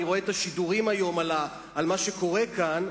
אני רואה את השידורים היום על מה שקורה כאן,